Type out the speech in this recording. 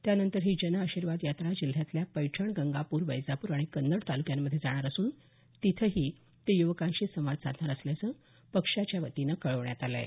त्यानंतर ही जन आर्शिवाद यात्रा जिल्ह्यातल्या पैठण गंगापूर वैजापूर आणि कन्नड तालुक्यांमध्ये जाणार असून तिथंही ते युवकांशी संवाद साधणार असल्याचं पक्षाच्या वतीनं कळवण्यात आलं आहे